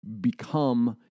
become